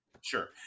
sure